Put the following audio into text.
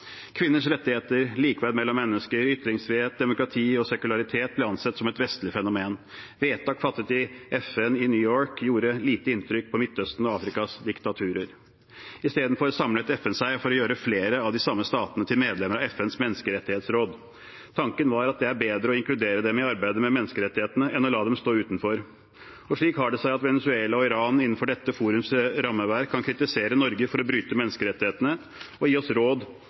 Kvinners rettigheter, likeverd mellom mennesker, ytringsfrihet, demokrati og sekularitet ble ansett som et vestlig fenomen. Vedtak fattet i FN i New York gjorde lite inntrykk på Midtøstens og Afrikas diktaturer. Istedenfor samlet FN seg for å gjøre flere av de samme statene til medlemmer av FNs menneskerettighetsråd. Tanken var at det er bedre å inkludere dem i arbeidet med menneskerettighetene enn å la dem stå utenfor. Slik har det seg at Venezuela og Iran innenfor dette forumets rammeverk kan kritisere Norge for å bryte menneskerettighetene og gi oss råd